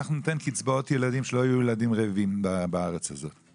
אנחנו ניתן קצבאות ילדים שלא יהיו ילדים רעבים בארץ הזאת.